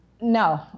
No